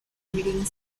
breeding